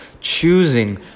choosing